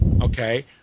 Okay